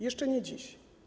Jeszcze nie dziś.